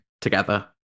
together